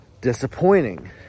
disappointing